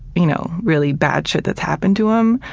you know really bad shit that's happened to him,